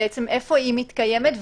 איפה היא מתקיימת,